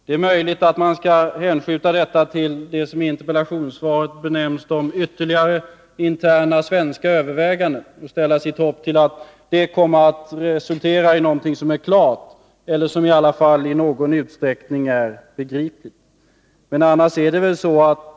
Det är möjligt att man skall hänskjuta denna fråga till det som i interpellationssvaret benämns ”ytterligare interna svenska överväganden” och ställa sitt hopp till att de kommer att resultera i någonting som är klart eller i varje fall i någon utsträckning begripligt.